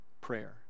prayer